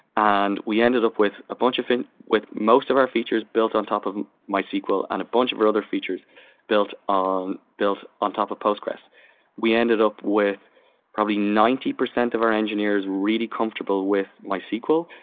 and we ended up with a bunch of and with most of our features built on top of mysql on a bunch brother features built on built on top of postgresql we ended up with probably ninety percent of our engineers really comfortable with mysql,